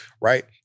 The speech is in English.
right